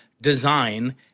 design